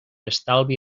estalvi